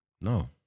No